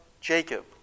Jacob